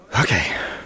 Okay